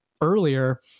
earlier